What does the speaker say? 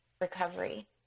recovery